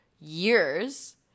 years